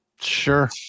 Sure